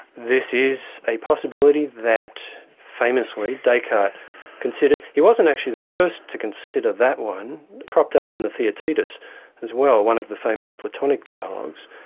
this is a possibility that famously descartes considered. he wasn't actually the first to consider that one, it cropped up in the theaetetus as well, one of the famous platonic dialogues.